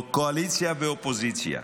או קואליציה ואופוזיציה,